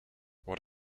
what